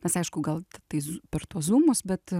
mes aišku gal tai z per tuos zūmus bet